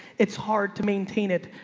it's hard to maintain it.